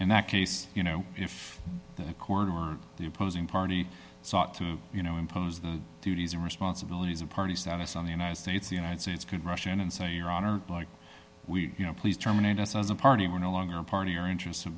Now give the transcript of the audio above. in that case you know if a corner of the opposing party sought to you know impose the duties and responsibilities of party status on the united states the united states could rush in and say your honor we you know please terminate us as a party we're no longer a party your interests have